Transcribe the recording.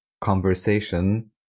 conversation